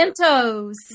toes